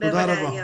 תודה.